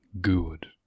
Good